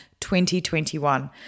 2021